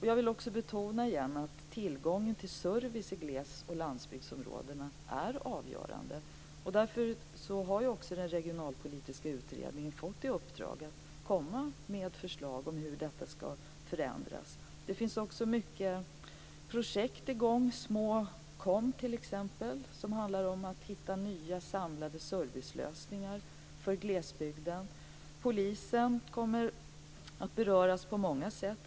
Jag vill också igen betona att tillgången till service i gles och landsbygdsområdena är avgörande. Därför har också den regionalpolitiska utredningen fått i uppdrag att komma med förslag om hur detta ska förändras. Det finns också många projekt i gång som handlar om att hitta nya samlade servicelösningar för glesbygden. Polisen kommer att beröras på många sätt.